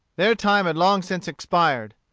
their time had long since expired.